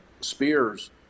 spears